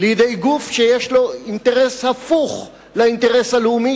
לידי גוש שיש לו אינטרס הפוך לאינטרס הלאומי